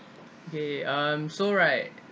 okay um so right